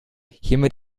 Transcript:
hiermit